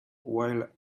while